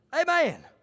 Amen